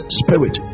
spirit